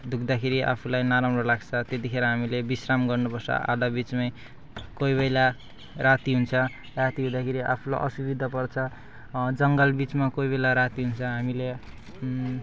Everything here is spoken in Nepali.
दुख्दाखेरि आफूलाई नराम्रो लाग्छ त्यतिखेर हामीले विश्राम गर्नुपर्छ आधा बिचमै कोही बेला राति हुन्छ राति हुँदाखेरि आफूलाई असुविधा पर्छ जङ्गल बिचमा कोही बेला राति हुन्छ हामीलाई